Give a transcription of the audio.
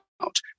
out